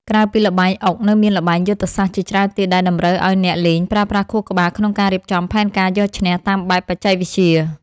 ក្រៅពីល្បែងអុកនៅមានល្បែងយុទ្ធសាស្ត្រជាច្រើនទៀតដែលតម្រូវឱ្យអ្នកលេងប្រើប្រាស់ខួរក្បាលក្នុងការរៀបចំផែនការយកឈ្នះតាមបែបបច្ចេកវិទ្យា។